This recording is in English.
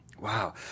Wow